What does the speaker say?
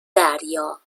دریا